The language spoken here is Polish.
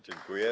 Dziękuję.